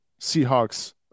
seahawks